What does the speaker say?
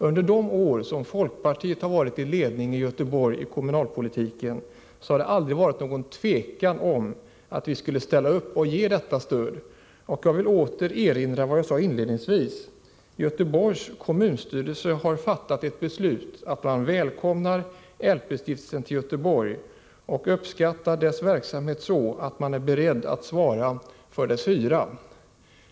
Under de år som folkpartiet suttit i ledningen inom kommunalpolitiken i Göteborg har det aldrig varit någon tvekan om att vi skulle ställa upp och ge detta stöd. Jag vill åter erinra om vad jag sade inledningsvis: Göteborgs kommunstyrelse har fattat ett beslut om att man välkomnar LP-stiftelsen till Göteborg och sagt att man uppskattar dess verksamhet så, att man är beredd att svara för dess hyra.